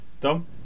Dom